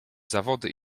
zawody